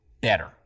better